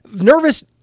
nervous